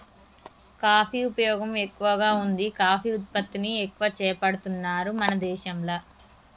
coffee ఉపయోగం ఎక్కువగా వుంది కాఫీ ఉత్పత్తిని ఎక్కువ చేపడుతున్నారు మన దేశంల